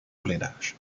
blindage